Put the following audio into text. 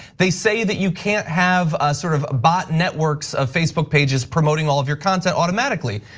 they say that you can't have a sort of a bot networks of facebook pages promoting all of your content automatically.